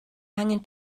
angen